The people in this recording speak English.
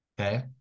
Okay